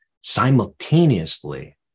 simultaneously